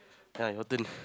ya your turn